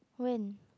when